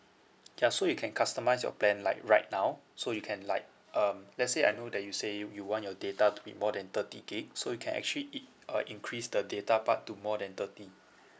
ya so you can customise your plan like right now so you can like um let's say I know that you say you you want your data to be more than thirty gig so you can actually in~ uh increase the data part to more than thirty